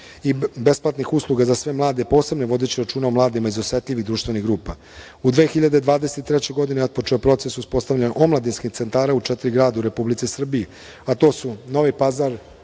i besplatnih usluga za sve mlade posebno vodeći računa o mladima iz osetljivih društvenih grupa.U 2023. godini otpočeo je proces uspostavljanja omladinskih centara u četiri grada u Republici Srbiji, a to su: Novi Pazar,